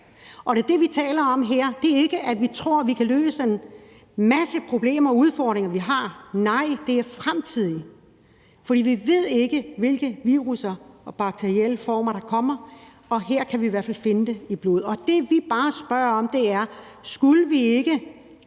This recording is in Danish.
andet. Det, vi taler om her, er ikke, at jeg tror, at vi kan løse en masse af de problemer og udfordringer, vi har – nej, det er i forhold til det fremtidige. For vi ved ikke, hvilke virusser og bakterielle former der kommer, men her kan vi i hvert fald finde det i blodet. Det, vi bare spørger om, er, om vi ikke